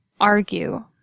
argue